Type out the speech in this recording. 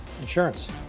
Insurance